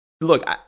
look